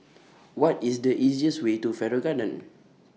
What IS The easiest Way to Farrer Garden